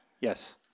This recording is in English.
yes